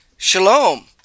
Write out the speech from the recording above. Shalom